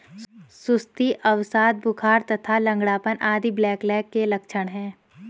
सुस्ती, अवसाद, बुखार तथा लंगड़ापन आदि ब्लैकलेग के लक्षण हैं